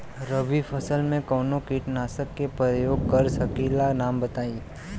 रबी फसल में कवनो कीटनाशक के परयोग कर सकी ला नाम बताईं?